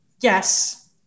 Yes